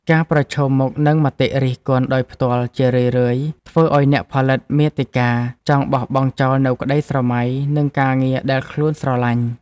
ការប្រឈមមុខនឹងមតិរិះគន់ដោយផ្ទាល់ ជារឿយៗធ្វើឱ្យអ្នកផលិតមាតិកាចង់បោះបង់ចោលនូវក្តីស្រមៃ និងការងារដែលខ្លួនស្រឡាញ់។